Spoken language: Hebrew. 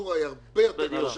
הפרוצדורה היא הרבה יותר קשה.